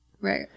right